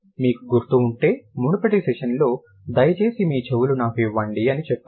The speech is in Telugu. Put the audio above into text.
మీకు గుర్తు ఉంటే మునుపటి సెషన్లో దయచేసి మీ చెవులు నాకు ఇవ్వండి అని చెప్పాను